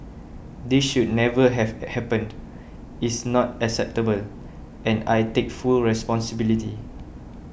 this should never have happened is not acceptable and I take full responsibility